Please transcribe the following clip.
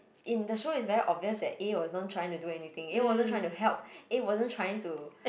in the show is very obvious that A wasn't trying to do anything A wasn't trying to help A wasn't trying to